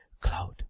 cloud